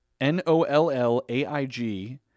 N-O-L-L-A-I-G